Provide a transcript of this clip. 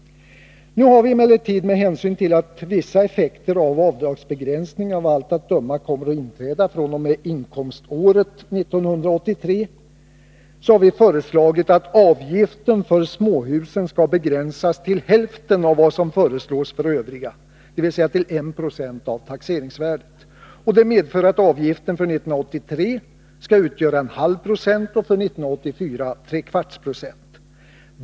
Nu har vi emellertid, med hänsyn till att vissa effekter av avdragsbegränsningen av allt att döma kommer att inträda fr.o.m. inkomståret 1983, föreslagit att avgiften för småhusen skall begränsas till hälften av vad som föreslås för övriga, dvs. till I 96 av taxeringsvärdet. Detta medför att avgiften skall utgöra 1 4 96 för 1984.